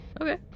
Okay